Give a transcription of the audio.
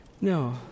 No